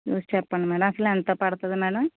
చూసి చెప్పండి మేడం అసలు ఎంత పడుతుంది మేడం